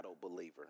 believer